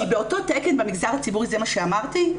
כי באותו תקן במגזר הציבורי, זה מה שאמרתי,